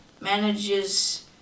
manages